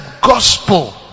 gospel